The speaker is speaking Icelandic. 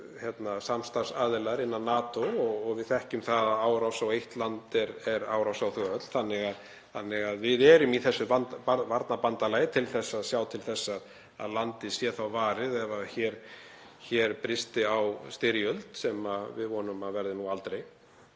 samstarfsaðilar innan NATO. Við þekkjum það að árás á eitt land er árás á þau öll þannig að við erum í þessu varnarbandalagi til að sjá til þess að landið sé þá varið ef hér brysti á styrjöld, sem við vonum að verði nú aldrei.